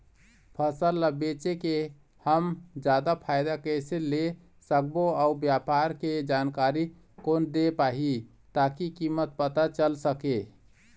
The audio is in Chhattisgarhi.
फसल ला बेचे के हम जादा फायदा कैसे ले सकबो अउ व्यापार के जानकारी कोन दे पाही ताकि कीमत पता चल सके?